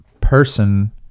person